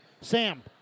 Sam